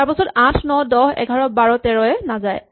তাৰপাছত ৮ ৯ ১০ ১১ ১২ ১৩ এ নাযায়